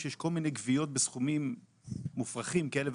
שיגישו דוחות כספיים כל שנה.